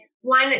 one